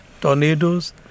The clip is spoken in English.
tornadoes